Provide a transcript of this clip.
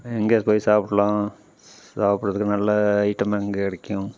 எங்கே போய் சாப்புடலாம் சாப்புடுறதுக்கு நல்ல ஐட்டம் எங்கே கிடைக்கும்